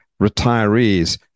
retirees